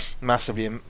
massively